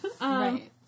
Right